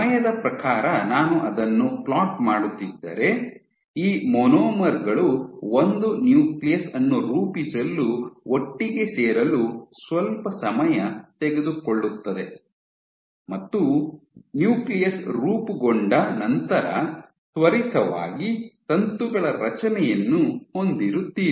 ಸಮಯದ ಪ್ರಕಾರ ನಾನು ಅದನ್ನು ಪ್ಲಾಟ್ ಮಾಡುತ್ತಿದ್ದರೆ ಈ ಮಾನೋಮರ್ ಗಳು ಒಂದು ನ್ಯೂಕ್ಲಿಯಸ್ ಅನ್ನು ರೂಪಿಸಲು ಒಟ್ಟಿಗೆ ಸೇರಲು ಸ್ವಲ್ಪ ಸಮಯ ತೆಗೆದುಕೊಳ್ಳುತ್ತದೆ ಮತ್ತು ನ್ಯೂಕ್ಲಿಯಸ್ ರೂಪುಗೊಂಡ ನಂತರ ತ್ವರಿತವಾಗಿ ತಂತುಗಳ ರಚನೆಯನ್ನು ಹೊಂದಿರುತ್ತೀರಿ